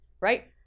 Right